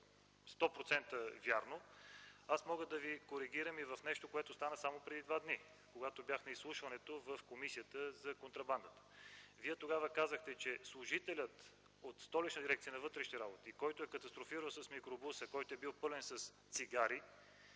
100% вярно, аз мога да Ви коригирам и в нещо, което стана преди два дни, когато бях на изслушването в комисията за контрабандата. Вие тогава казахте, че служителят от Столичната дирекция на вътрешните работи, който е катастрофирал с микробуса, който е бил пълен с цигари,